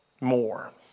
more